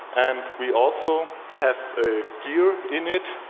and we also have a gear in it,